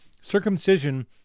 Circumcision